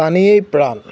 পানীয়েই প্ৰাণ